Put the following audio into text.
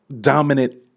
dominant